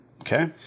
Okay